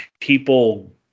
people